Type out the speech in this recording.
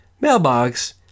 mailbox